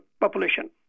population